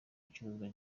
icuruzwa